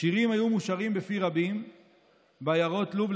"השירים היו מושרים בפי רבים בעיירות לוב.